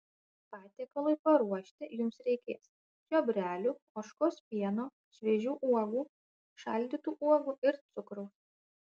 patiekalui paruošti jums reikės čiobrelių ožkos pieno šviežių uogų šaldytų uogų ir cukraus